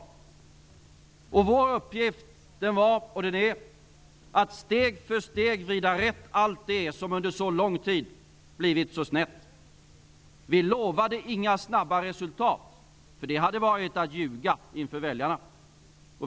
Vår uppgift var och är att steg för steg vrida rätt allt det som under så lång tid hade blivit så snett. Vi lovade inga snabba resultat -- det hade varit att ljuga inför väljarna.